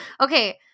okay